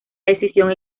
decisión